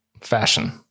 fashion